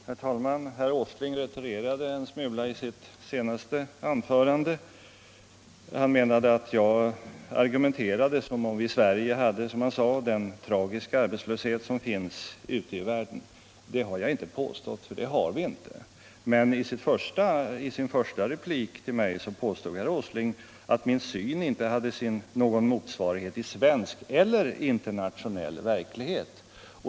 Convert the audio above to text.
Herr talman! Herr Åsling retirerade en smula i sitt senaste anförande. Han menade att jag argumenterade som om vi i Sverige hade, som han sade, den tragiskt stora arbetslöshet som finns ute i världen. Det har jag inte påstått. Det har vi inte. Men i sin första replik till mig påstod herr Åsling att min syn inte hade någon motsvarighet i svensk eller internationell verklighet.